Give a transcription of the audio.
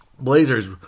Blazers